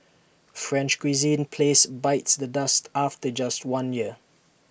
French cuisine place bites the dust after just one year